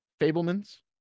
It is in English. Fableman's